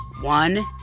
One